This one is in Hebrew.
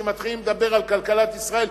כשמתחילים לדבר על כלכלת ישראל,